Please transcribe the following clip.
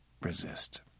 resist